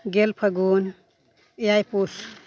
ᱜᱮᱞ ᱯᱷᱟᱜᱩᱱ ᱮᱭᱟᱭ ᱯᱩᱥ